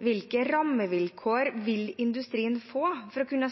Hvilke rammevilkår vil industrien få for å kunne